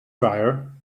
dryer